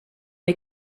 les